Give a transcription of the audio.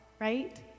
right